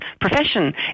profession